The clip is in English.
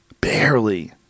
Barely